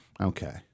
Okay